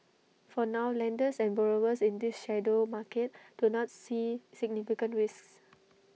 for now lenders and borrowers in this shadow market do not see significant risks